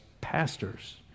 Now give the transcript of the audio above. pastors